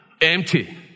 empty